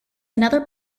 another